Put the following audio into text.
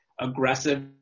aggressive